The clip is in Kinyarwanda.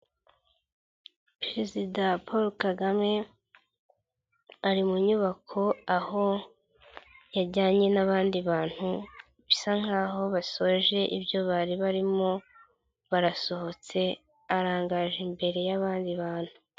Perezida Poro KAGAME, ari mu nyubako aho yajyanye n'abandi bantu, bisa nkaho basoje ibyo bari barimo barasohotse, arangaje imbere y'abandi bantu.